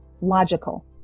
logical